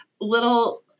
little